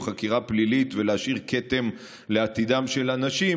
חקירה פלילית ולהשאיר כתם על עתידם של אנשים,